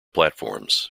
platforms